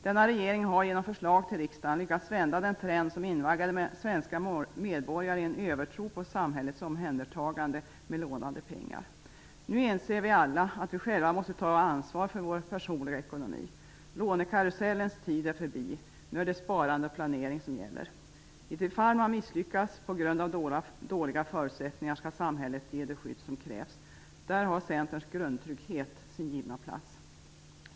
Denna regering har genom förslag till riksdagen lyckats vända den trend som invaggade svenska medborgare i en övertro på samhällets omhändertagande med lånade pengar. Nu inser vi alla att vi själva måste ta ansvar för vår personliga ekonomi. Lånekarusellens tid är förbi. Nu är det sparande och planering som gäller. I de fall man misslyckas på grund av dåliga förutsättningar skall samhället ge det skydd som krävs. Där har Centerns grundtrygghet sin givna plats.